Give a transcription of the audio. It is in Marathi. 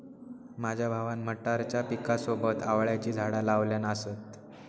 माझ्या भावान मटारच्या पिकासोबत आवळ्याची झाडा लावल्यान असत